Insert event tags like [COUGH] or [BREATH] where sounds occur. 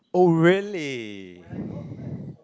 oh really [BREATH]